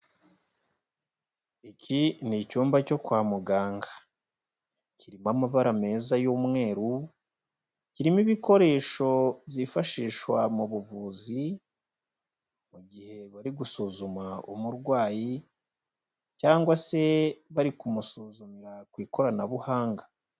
Iki ni icyumba cyo kwa muganga, kirimo amabara meza y'umweru, kirimo ibikoresho byifashishwa mu buvuzi mu gihe bari gusuzuma umurwayi cyangwa se bari kumusuzumira ku ikoranabuhanga.